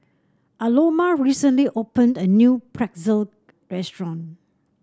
Aloma recently opened a new Pretzel restaurant